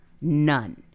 None